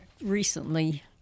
recently